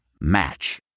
Match